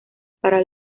para